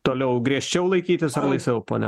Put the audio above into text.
toliau griežčiau laikytis ar laisviau pone